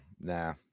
nah